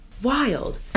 wild